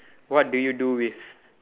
what do you do with